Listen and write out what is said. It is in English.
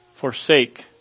forsake